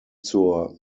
zur